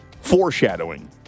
Foreshadowing